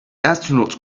astronaut